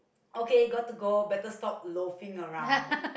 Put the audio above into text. okay got to go better stop loafing around